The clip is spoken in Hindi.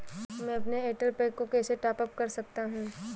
मैं अपने एयरटेल पैक को कैसे टॉप अप कर सकता हूँ?